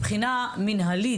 מבחינה מנהלית,